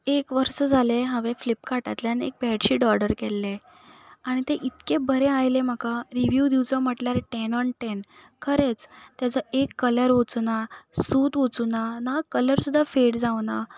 एक वर्स जालें हांवें फ्लिपकार्टांतल्यान एक बेडशीट ऑर्डर केल्लें आनी तें इतकें बरें आयलें म्हाका रिवीव दिवचो म्हटल्यार टेन ऑन टेन खरेंच तेचो एक कलर वचुना सूत वचुना ना कलर सुद्दां फेड जावना